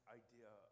idea